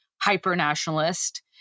hyper-nationalist